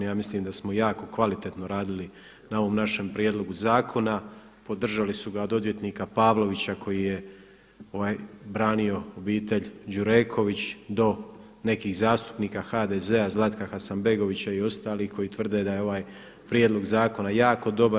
Ja mislim da smo jako kvalitetno raditi na ovom našem prijedlogu zakona, podržali su ga od odvjetnika Pavlovića koji je branio obitelj Đureković do nekih zastupnika HDZ-a, Zlatka Hasanbegovića i ostalih koji tvrde da je ovaj prijedlog zakona jako dobar.